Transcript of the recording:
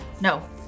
no